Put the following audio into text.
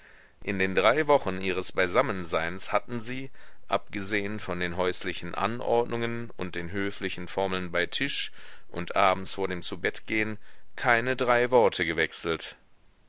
in den drei wochen ihres beisammenseins hatten sie abgesehen von den häuslichen anordnungen und den höflichen formeln bei tisch und abends vor dem zubettgehen keine drei worte gewechselt